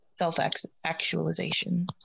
self-actualization